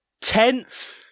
Tenth